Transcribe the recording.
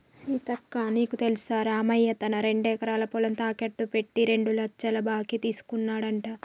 సీతక్క నీకు తెల్సా రామయ్య తన రెండెకరాల పొలం తాకెట్టు పెట్టి రెండు లచ్చల బాకీ తీసుకున్నాడంట